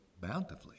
bountifully